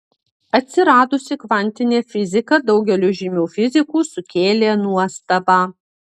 atsiradusi kvantinė fizika daugeliui žymių fizikų sukėlė nuostabą